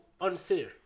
unfair